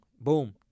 Boom